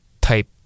type